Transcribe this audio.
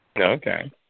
Okay